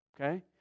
Okay